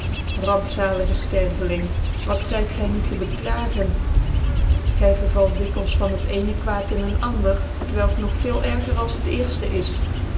c ftcrveling wat zyt gy niet te belagen gy vervalt dikwils van het cene quaad in een ander t welk nog veel erger als het cerfte is